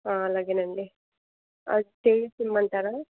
అలాగే అండి చేసి ఇమంటారా